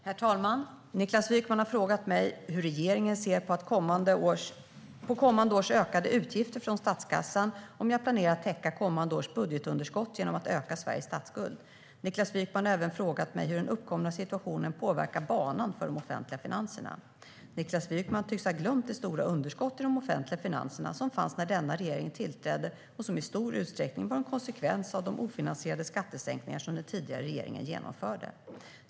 Herr talman! Niklas Wykman har frågat mig hur regeringen ser på kommande års ökade utgifter från statskassan och om jag planerar att täcka kommande års budgetunderskott genom att öka Sveriges statsskuld. Niklas Wykman har även frågat mig hur den uppkomna situationen påverkar banan för de offentliga finanserna. Niklas Wykman tycks ha glömt det stora underskott i de offentliga finanserna som fanns när denna regering tillträdde och som i stor utsträckning var en konsekvens av de ofinansierade skattesänkningar som den tidigare regeringen genomförde.